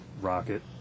rocket